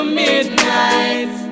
midnight